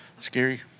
Scary